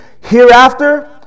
Hereafter